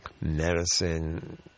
medicine